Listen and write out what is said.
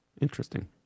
Interesting